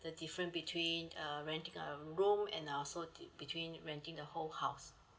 the different between uh renting a room and also between renting a whole house